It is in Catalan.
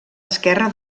esquerra